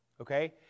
Okay